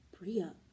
Bria